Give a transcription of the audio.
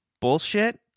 Bullshit